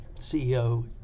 CEO